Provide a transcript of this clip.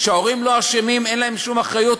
שההורים לא אשמים, אין להם שום אחריות?